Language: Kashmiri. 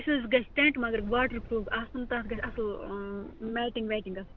اَسہِ حظ گَژھِ ٹٮ۪نٛٹ مگر واٹر پرٛوٗف آسُن تَتھ گَژھِ سُہ اَصٕل میٹِنٛگ ویٹِنٛگ گژھٕنۍ